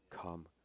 Come